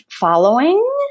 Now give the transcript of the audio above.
following